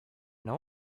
know